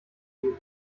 geben